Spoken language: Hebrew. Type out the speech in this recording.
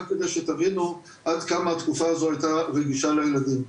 רק כדי שתבינו עד כמה התקופה הזו הייתה רגישה לילדים.